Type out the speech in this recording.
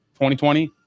2020